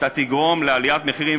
אתה תגרום לעליית מחירים.